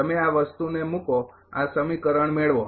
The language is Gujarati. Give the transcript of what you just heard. તમે આ વસ્તુને મૂકો આ સમીકરણ મેળવો